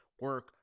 Work